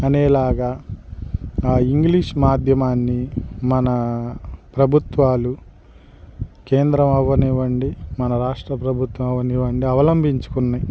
అనేలాగా ఆ ఇంగ్లీష్ మాధ్యమాన్ని మన ప్రభుత్వాలు కేంద్రం అవనివ్వండి మన రాష్ట్ర ప్రభుత్వం అవనివ్వండి అవలంభించుకున్నాయి